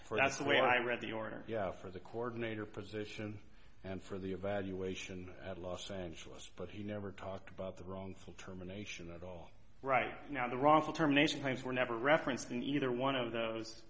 mind that's the way i read the order for the coordinator position and for the evaluation at los angeles but he never talked about the wrongful termination at all right now the wrongful termination claims were never referenced in either one of those